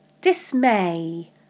dismay